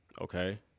Okay